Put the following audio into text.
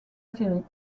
série